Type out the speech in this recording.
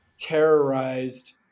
terrorized